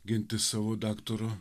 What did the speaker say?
ginti savo daktaro